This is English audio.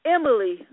Emily